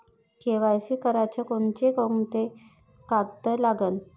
KYC कराच कोनचे कोनचे कागद लागते?